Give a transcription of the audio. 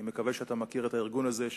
אני מקווה שאתה מכיר את הארגון הזה,